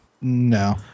No